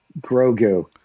Grogu